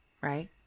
Right